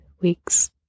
weeks